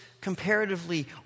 comparatively